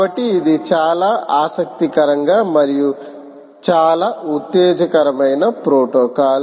కాబట్టి ఇది చాలా ఆసక్తికరంగా మరియు చాలా ఉత్తేజకరమైన ప్రోటోకాల్